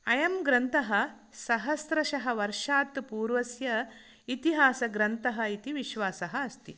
अयं ग्रन्थः सहस्रः वर्षात् पूर्वस्य इतिहासग्रन्थः इति विश्वासः अस्ति